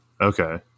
okay